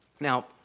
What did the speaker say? Now